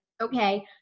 okay